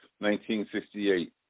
1968